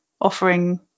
offering